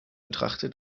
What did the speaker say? betrachte